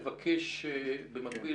לבקש במקביל,